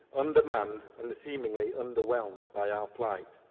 undermanned and seemingly underwhelmed by our plight.